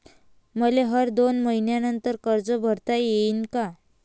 मले हर दोन मयीन्यानंतर कर्ज भरता येईन का?